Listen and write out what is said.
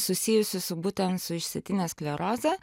susijusi su būtent su išsėtine skleroze